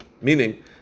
Meaning